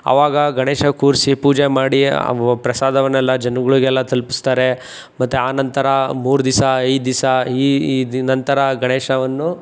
ಅವಾಗ ಗಣೇಶ ಕೂರಿಸಿ ಪೂಜೆ ಮಾಡಿ ಪ್ರಸಾದವನ್ನೆಲ್ಲ ಜನ್ಗಳ್ಗೆಲ್ಲ ತಲುಪಿಸ್ತಾರೆ ಮತ್ತು ಆ ನಂತರ ಮೂರು ದಿವ್ಸ ಐದು ದಿವ್ಸ ಈ ಈ ನಂತರ ಗಣೇಶವನ್ನು